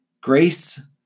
Grace